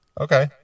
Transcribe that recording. okay